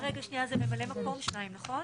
שנייה, שניים ממלאי מקום, נכון?